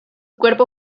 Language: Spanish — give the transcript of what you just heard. cuerpo